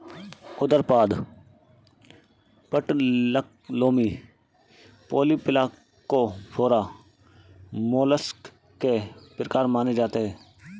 उदरपाद, पटलक्लोमी, polyplacophora, mollusc के प्रकार माने जाते है